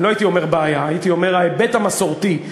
הייתי אומר שההיבט המסורתי,